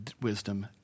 wisdom